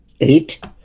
eight